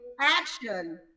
action